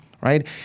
right